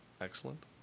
Excellent